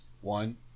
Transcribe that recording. one